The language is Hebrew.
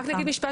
רק נאמר משפט,